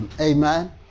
Amen